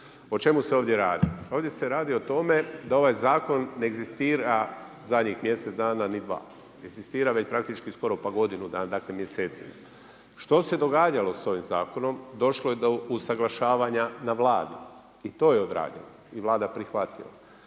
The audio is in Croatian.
O čemu se ovdje radi? Ovdje se radi o tome da ovaj zakon ne egzistira zadnjih mjesec dana ni dva, egzistira već praktički skoro pa godinu dana, dakle mjesecima. Što se događalo sa ovim zakonom? Došlo je do usuglašavanja na Vladi i to je odrađeno i Vlada prihvatila.